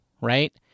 right